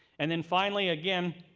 and and finally, again,